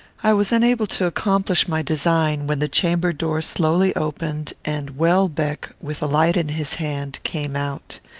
i was unable to accomplish my design, when the chamber door slowly opened, and welbeck, with a light in his hand, came out.